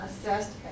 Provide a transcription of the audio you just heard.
Assessed